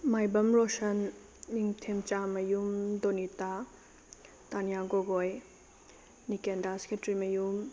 ꯃꯥꯏꯕꯝ ꯔꯣꯁꯟ ꯅꯤꯡꯇꯦꯝꯆꯥ ꯃꯌꯨꯝ ꯗꯣꯅꯤꯇꯥ ꯇꯥꯅꯤꯌꯥ ꯒ꯭ꯔꯣꯒꯣꯏ ꯅꯤꯀꯦꯟꯗꯥꯁ ꯈꯦꯇ꯭ꯔꯤꯃꯌꯨꯝ